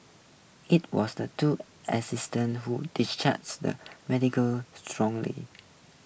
it was the two assistant who distrust the medical strongly